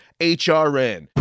hrn